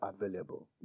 available